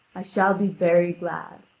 i shall be very glad.